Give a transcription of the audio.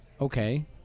okay